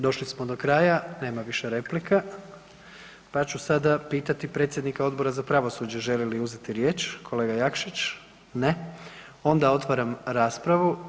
Došli smo do kraja, nema više replika, pa ću sada pitati predsjednika Odbora za pravosuđe želi li uzeti riječ kolega Jakšić, ne, onda otvaram raspravu.